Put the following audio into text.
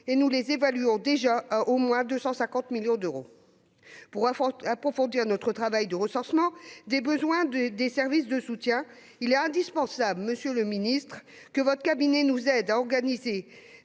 Nous les évaluons déjà à au moins 250 millions d'euros. Pour approfondir notre travail de recensement des besoins des services de soutien, il est indispensable, monsieur le ministre, que votre cabinet nous aide à organiser